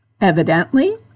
Evidently